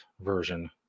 version